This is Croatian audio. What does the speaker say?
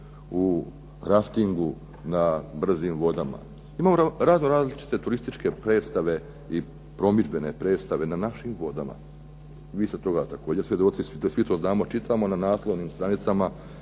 u raftingu na brzim vodama. Imamo razno razne turističke predstave i promidžbene predstave na našim vodama. Vi ste toga također svjedoci. Svi to znamo, čitamo na naslovnim stranicama,